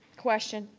question?